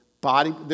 body